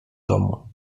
domu